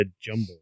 jumble